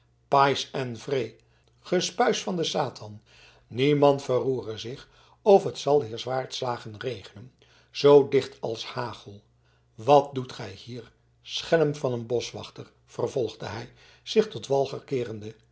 en vree gespuis van den satan niemand verroere zich of het zal hier zwaardslagen regenen zoo dicht als hagel wat doet gij hier schelm van een boschwachter vervolgde hij zich tot walger